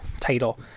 title